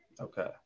okay